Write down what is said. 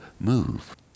move